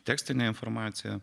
tekstinę informaciją